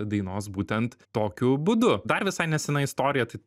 dainos būtent tokiu būdu dar visai nesena istorija tai